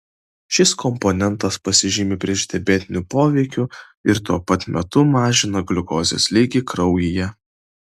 šis komponentas pasižymi priešdiabetiniu poveikiu ir tuo pat metu mažina gliukozės lygį kraujyje